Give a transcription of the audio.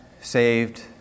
saved